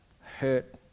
Hurt